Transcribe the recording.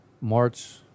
March